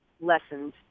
lessened